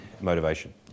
motivation